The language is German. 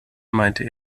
meinte